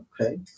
Okay